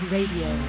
Radio